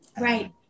Right